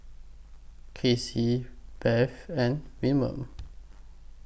Kelcie Beth and Wilmer